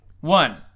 One